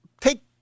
take